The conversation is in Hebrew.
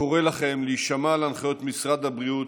וקורא לכם הישמע להנחיות משרד הבריאות,